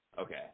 Okay